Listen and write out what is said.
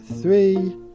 three